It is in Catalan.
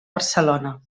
barcelona